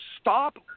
stop